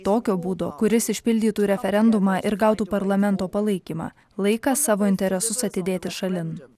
tokio būdo kuris išpildytų referendumą ir gautų parlamento palaikymą laikas savo interesus atidėti šalin